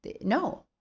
no